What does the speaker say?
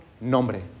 nombre